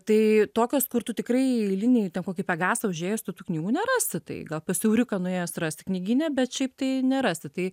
tai tokios kur tu tikrai eilinį ten kokį pegasą užėjus tų tų knygų nerasi tai gal pas euriuką nuėjęs rasi knygyne bet šiaip tai nerasi tai